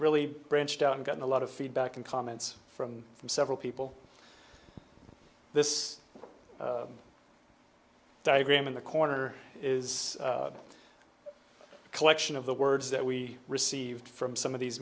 really branched out and gotten a lot of feedback and comments from from several people this diagram in the corner is a collection of the words that we received from some of these